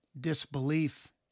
Disbelief